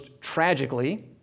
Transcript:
tragically